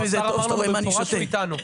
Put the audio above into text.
השר אמר לו במפורש שהוא איתנו.